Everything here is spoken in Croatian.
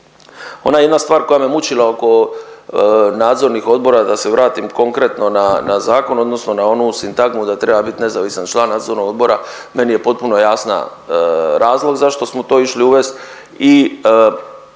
Ona jedna stvar koja me mučila oko nadzornih odbora da se vratim konkretno na, na zakon odnosno na onu sintagmu da treba bit nezavisan član nadzornog odbora, meni je potpuno jasna razlog zašto smo to išli uvest